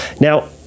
Now